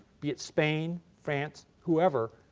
be it spain, france, whoever,